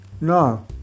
No